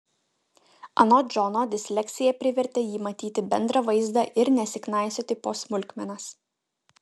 anot džono disleksija privertė jį matyti bendrą vaizdą ir nesiknaisioti po smulkmenas